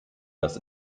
das